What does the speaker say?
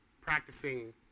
practicing